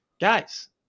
guys